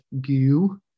goo